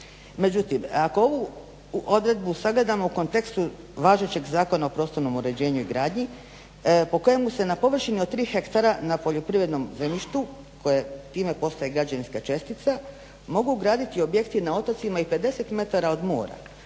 Međutim, ako ovu odredbu sagledamo u kontekstu važećeg Zakona o prostornom uređenju i gradnji po kojemu se na površini od 3 hektara na poljoprivrednom zemljištu koje time postaje građevinska čestica, mogu graditi objekti na otocima i 50 metara od mora